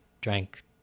drank